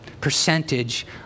percentage